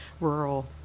rural